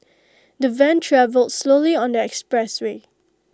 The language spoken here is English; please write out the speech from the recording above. the van travelled slowly on the expressway